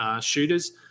shooters